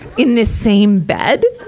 in the same bed,